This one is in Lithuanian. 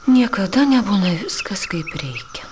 niekada nebūna viskas kaip reikia